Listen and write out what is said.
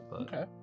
Okay